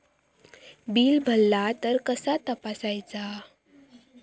Bill भरला तर कसा तपसायचा?